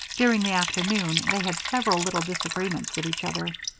during the afternoon they had several little disagreements with each other.